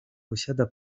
posiada